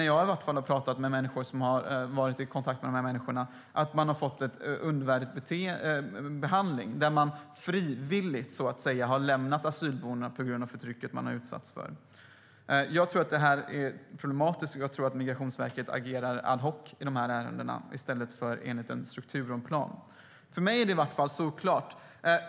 Jag har pratat med människor som har varit i kontakt med personer som har fått en undermålig behandling och som "frivilligt" har lämnat asylboendena på grund av det förtryck de utsatts för. Detta är problematiskt, och jag tror att Migrationsverket agerar ad hoc i dessa ärenden i stället för enligt en struktur och en plan. För mig är det solklart.